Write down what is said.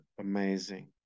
amazing